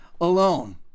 alone